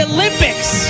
Olympics